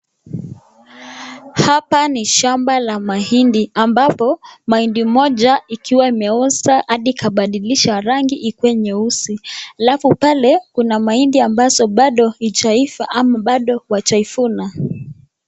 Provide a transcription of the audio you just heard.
Hapa ni shamba la mahindi ambapo mahindi moja ikiwa imeoza hadi ikabadilisha rangi ikue nyeusi, alafu pale kuna mahindi ambazo bado hazijaiva ama bado wajaivuna.